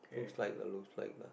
looks like a looks like a